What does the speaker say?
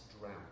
drown